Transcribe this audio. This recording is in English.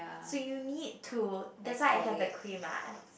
so you need to that's why I have the clay mask